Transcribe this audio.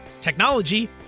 technology